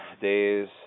Days